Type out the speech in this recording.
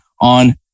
on